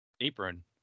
Apron